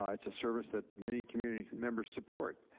um it's a service that many community members support.